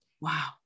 wow